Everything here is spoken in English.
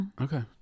okay